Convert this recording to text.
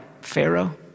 Pharaoh